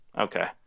okay